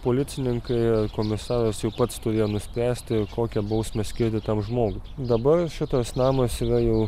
policininkai komisaras jau pats turėjo nuspręsti kokią bausmę skirti tam žmogui dabar šitas namas yra jau